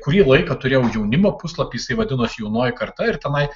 kurį laiką turėjau jaunimo puslapį jisai vadinosi jaunoji karta ir tenai